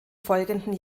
folgenden